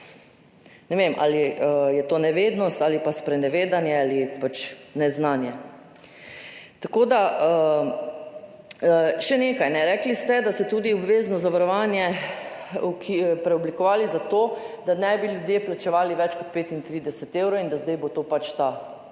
ne vem, ali je to nevednost ali pa sprenevedanje ali neznanje. Še nekaj, rekli ste, da ste tudi obvezno zavarovanje preoblikovali zato, da ne bi ljudje plačevali več kot 35 evrov, in da zdaj bo to pač ta